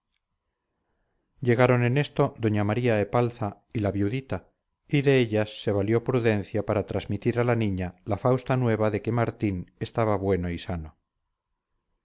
llegaron en esto doña maría epalza y la viudita y de ellas se valió prudencia para transmitir a la niña la fausta nueva de que martín estaba bueno y sano